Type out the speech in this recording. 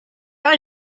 out